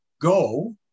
go